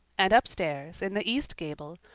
and up-stairs, in the east gable,